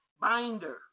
binder